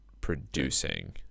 producing